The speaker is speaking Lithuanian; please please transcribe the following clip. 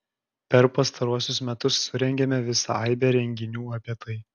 per pastaruosius metus surengėme visą aibę renginių apie tai